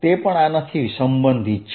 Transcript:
તે પણ આનાથી સંબંધિત છે